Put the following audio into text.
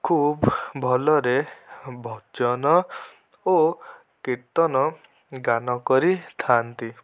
ଖୁବ୍ ଭଲରେ ଭଜନ ଓ କୀର୍ତ୍ତନ ଗାନ କରିଥାଆନ୍ତି